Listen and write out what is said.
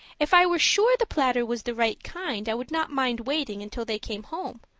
if i were sure the platter was the right kind i would not mind waiting until they came home.